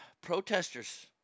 protesters